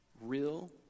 real